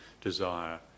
desire